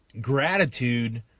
gratitude